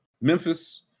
Memphis